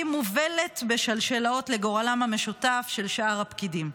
היא מובלת בשלשלאות לגורלם המשותף של שאר הפקידים.